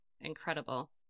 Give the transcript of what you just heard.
incredible